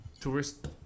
tourist